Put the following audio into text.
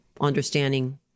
understanding